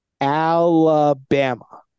Alabama